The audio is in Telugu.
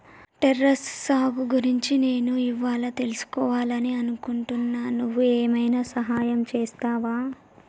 టెర్రస్ సాగు గురించి నేను ఇవ్వాళా తెలుసుకివాలని అనుకుంటున్నా నువ్వు ఏమైనా సహాయం చేస్తావా